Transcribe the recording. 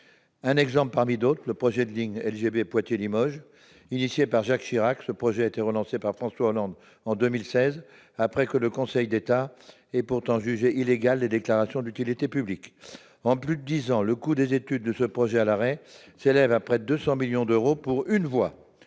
un exemple parmi d'autres, à savoir le projet de LGV Poitiers-Limoges. Initié par Jacques Chirac, le projet a été relancé par François Hollande en 2016 après que le Conseil d'État eut pourtant jugé illégale la déclaration d'utilité publique. En plus de dix ans, le coût des études de ce projet à l'arrêt s'élève à près de 200 millions d'euros pour une voie